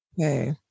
Okay